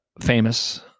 famous